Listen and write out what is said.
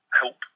help